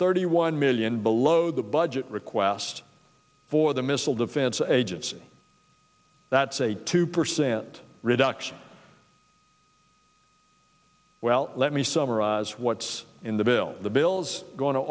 thirty one million below the budget requests for the missile defense agency that's a two percent reduction well let me summarize what's in the bill the bill's going to